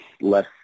less